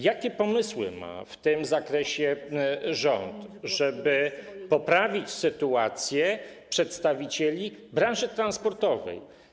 Jakie pomysły ma w tym zakresie rząd, żeby poprawić sytuację przedstawicieli branży transportowej?